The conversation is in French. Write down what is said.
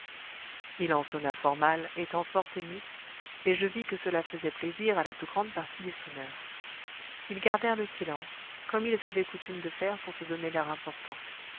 il en sonna fort mal étant fort ému et je vis que cela faisait plaisir à la plus grande partie des sonneurs ils gardèrent le silence comme ils avaient coutume de faire pour se donner l'air important